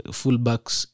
fullbacks